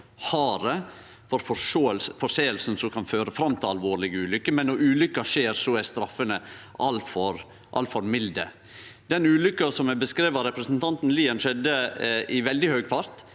harde for lovbrot som kan føre til alvorlege ulykker, men når ulykka skjer, er straffene altfor milde. Den ulykka som er beskriven av representanten Lien, skjedde i veldig høg fart.